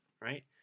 right